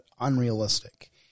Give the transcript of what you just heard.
unrealistic